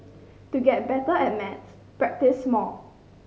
to get better at maths practise more